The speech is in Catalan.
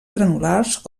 granulars